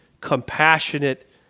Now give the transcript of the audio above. compassionate